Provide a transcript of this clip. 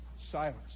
silence